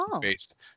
Based